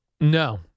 No